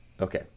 Okay